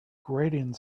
grating